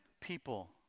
people